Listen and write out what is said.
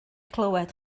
clywed